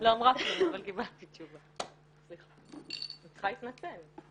--- כן קיבלתי תשובה, אני מתנצלת.